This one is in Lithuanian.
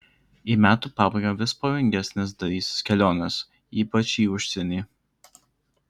į metų pabaigą vis pavojingesnės darysis kelionės ypač į užsienį